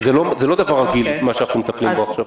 זה לא דבר רגיל מה שאנחנו מטפלים בו עכשיו.